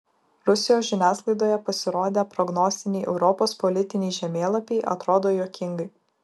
rusijos žiniasklaidoje pasirodę prognostiniai europos politiniai žemėlapiai atrodo juokingai